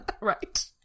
Right